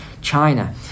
China